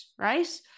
right